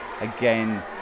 again